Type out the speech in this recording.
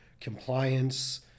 compliance